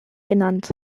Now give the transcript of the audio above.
genannt